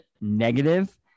negative